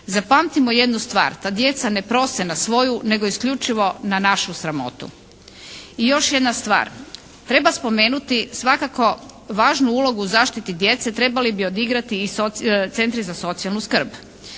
Zapamtimo jednu stvar. Ta djeca ne prose na svoju nego isključivo na našu sramotu. I još jedna stvar. Treba spomenuti svakako važnu ulogu u zaštiti djece trebali bi odigrati i centri za socijalnu skrb.